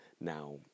Now